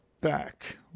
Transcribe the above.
back